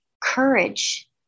Courage